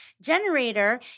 Generator